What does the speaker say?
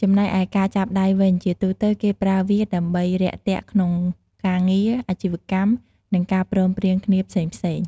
ចំណែកឯការចាប់ដៃវិញ ជាទូទៅគេប្រើវាដើម្បីរាក់ទាក់ក្នុងការងារ អាជីវកម្ម និងការព្រមព្រៀងគ្នាផ្សេងៗ។